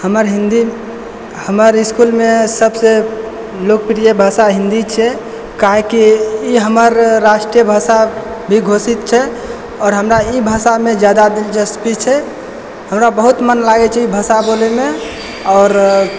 हमर हिन्दी हमर इस्कूलमे सभसे लोकप्रिय भाषा हिन्दी छै काहेकि ई हमर राष्ट्रीय भाषा भी घोषित छै आओर हमरा ई भाषामे जादा दिलचस्पी छै हमरा बहुत मन लागैत छै ई भाषा बोलयमे आओर